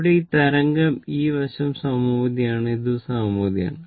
ഇവിടെ ഈ തരംഗം ഈ വശം സമമിതിയാണ് ഇതും സമമിതിയാണ്